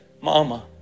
Mama